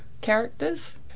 characters